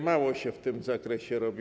Mało się w tym zakresie robi.